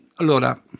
Allora